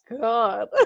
God